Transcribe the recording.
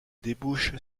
débouche